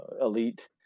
elite